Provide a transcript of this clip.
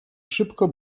szybko